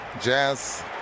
Jazz